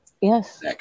Yes